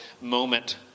moment